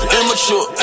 Immature